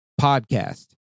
podcast